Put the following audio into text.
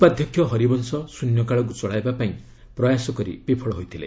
ଉପାଧ୍ୟକ୍ଷ ହରିବଂଶ ଶୂନ୍ୟକାଳକୁ ଚଳାଇବା ପାଇଁ ପ୍ରୟାସ କରି ବିଫଳ ହୋଇଥିଲେ